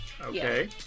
Okay